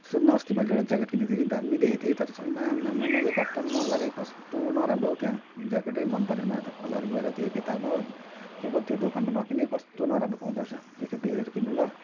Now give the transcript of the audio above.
सुन् न अस्ति मैले एउटा ज्याकेट किनेको थिएँ कि दामी देखिएको थियो कि तर छैन आम्मामामा एक हप्ता पनि नलगाइ कस्तो नराम्रो हो त्यहाँ ज्याकेटै मनपरेन मलाई त कलर गएर त्यो एकैतालमा हो तँ पनि त्यो दोकानमा नकिन है कस्तो नराम्रो पाउँदो रहेछ एकखेप हेरेर किन्नु ल